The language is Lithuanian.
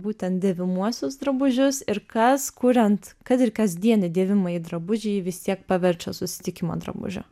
būtent dėvimuosius drabužius ir kas kuriant kad ir kasdienį dėvimąjį drabužį jį vis tiek paverčia susitikimo drabužiu